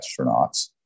astronauts